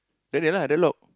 Daniel lah dia lock